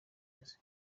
kazi